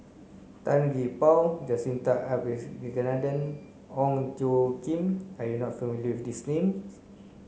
Tan Gee Paw Jacintha Abisheganaden Ong Tjoe Kim are you not familiar with these names